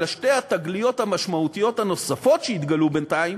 אלא שתי התגליות המשמעותיות הנוספות שהתגלו בינתיים,